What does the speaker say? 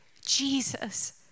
Jesus